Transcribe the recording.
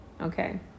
okay